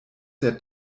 der